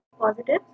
positive